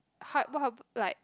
hard what hap~ like